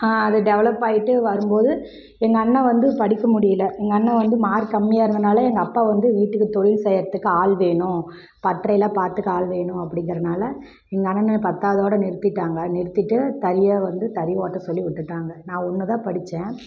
அது டெவலப் ஆயிட்டே வரும்போது எங்கள் அண்ணன் வந்து படிக்க முடியல எங்கள் அண்ணன் வந்து மார்க்கு கம்மியாக இருந்ததினால எங்கள் அப்பா வந்து வீட்டுக்கு தொழில் செய்யறத்துக்கு ஆள் வேணும் பட்டறையிலாம் பார்த்துக்க ஆள் வேணும் அப்படிங்கிறனால எங்கள் அண்ணன பத்தாவதோடு நிறுத்திட்டாங்க நிறுத்திவிட்டு தறியை வந்து தறி ஓட்ட சொல்லி விட்டுட்டாங்க நான் ஒன்றுதான் படித்தேன்